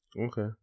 Okay